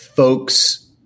folks